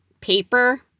Paper